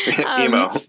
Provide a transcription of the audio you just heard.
emo